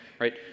right